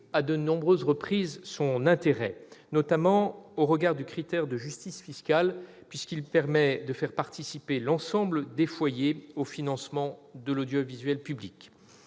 à de nombreuses reprises, son intérêt, en particulier au regard du critère de justice fiscale : ce système permet en effet de faire participer l'ensemble des foyers au financement de l'audiovisuel public.